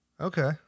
Okay